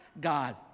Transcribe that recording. God